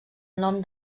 nom